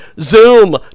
Zoom